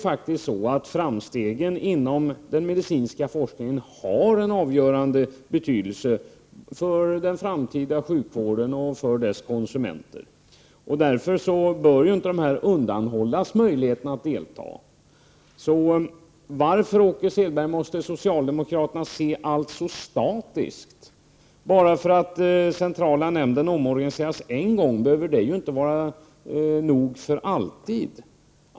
Framstegen inom den medicinska forskningen har en avgörande betydelse för den framtida sjukvården och dess konsumenter. Därför bör inte dessa undanhållas möjligheten att delta. Varför, Åke Selberg, måste socialdemokraterna se på allt så statiskt? Att centrala nämnden omorganiserats en gång behöver inte vara nog för alltid.